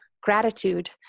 gratitude